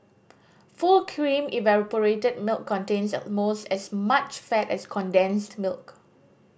full cream evaporated milk contains almost as much fat as condensed milk